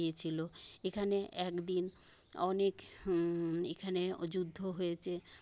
ইয়ে ছিল এখানে একদিন অনেক এখানে যুদ্ধ হয়েছে